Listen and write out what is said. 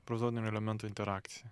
prozodinių elementų interakcija